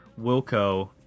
Wilco